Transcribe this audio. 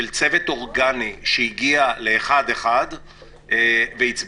של צוות אורגני שהגיע אחד אחד והם הצביעו.